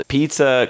Pizza